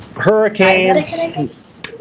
hurricanes